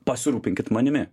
pasirūpinkit manimi